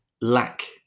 lack